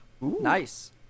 nice